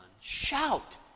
Shout